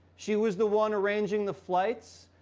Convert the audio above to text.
she was the one arranging the flights.